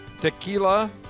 Tequila